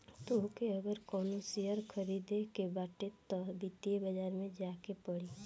तोहके अगर कवनो शेयर खरीदे के बाटे तअ वित्तीय बाजार में जाए के पड़ी